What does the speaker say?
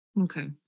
Okay